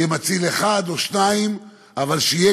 יהיה מציל אחד או שניים,